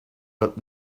but